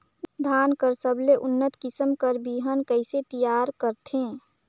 धान कर सबले उन्नत किसम कर बिहान कइसे तियार करथे?